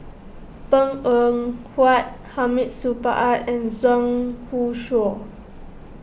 Png Eng Huat Hamid Supaat and Zhang Youshuo